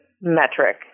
metric